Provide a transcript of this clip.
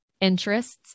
interests